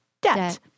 Debt